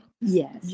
Yes